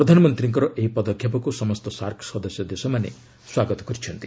ପ୍ରଧାନମନ୍ତ୍ରୀଙ୍କର ଏହି ପଦକ୍ଷେପକ୍ତ ସମସ୍ତ ସାର୍କ ସଦସ୍ୟ ଦେଶମାନେ ସ୍ୱାଗତ କରିଛନ୍ତି